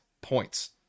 points